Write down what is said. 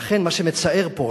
ולכן מה שמצער פה,